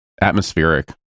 Atmospheric